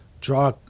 draw